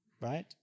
Right